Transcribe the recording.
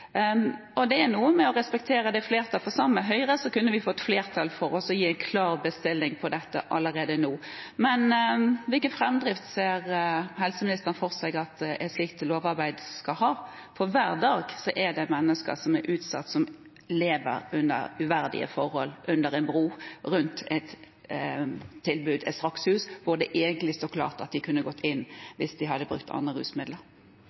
Og det er noe med å respektere det flertallet, for sammen med Høyre kunne vi fått flertall for å gi en klar bestilling på dette allerede nå. Hvilken framdrift ser helseministeren for seg at et slikt lovarbeid skal ha? Hver dag er det mennesker som er utsatt, som lever under uverdige forhold, under en bro, rundt et tilbud – et strax-hus – hvor det egentlig står klart at de kunne gått inn hvis de hadde brukt andre rusmidler.